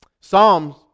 Psalms